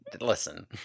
Listen